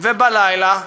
// ובלילה,